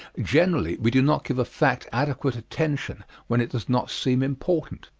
generally we do not give a fact adequate attention when it does not seem important.